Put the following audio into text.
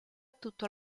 tutto